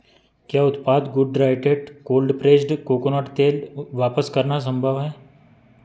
क्या उत्पाद गुडड्राइएट कोल्ड प्रेस्ड कोकोनट तेल वापस करना संभव है